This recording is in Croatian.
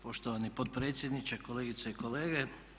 Poštovani potpredsjedniče, kolegice i kolege.